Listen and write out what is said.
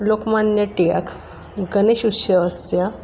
लोकमान्यटिलक् गणेशोत्सवस्य